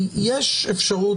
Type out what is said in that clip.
יש אפשרות,